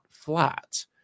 flat